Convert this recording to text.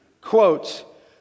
quote